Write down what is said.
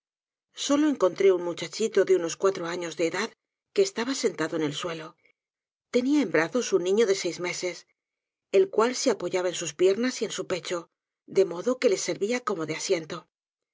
solo encontré un muchachito de unos cuatro años de edad que estaba sentado en el suelo tenia en brazos un niño de seis meses el cual sé apoyaba en sus piernas y en su pecho de modo que le servía como de asiento